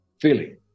feeling